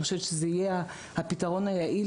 אני חושבת שזה יהיה הפתרון היעיל